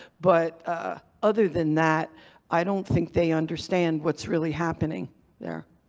but other than that i don't think they understand what's really happening there.